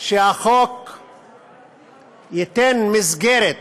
שהחוק ייתן מסגרת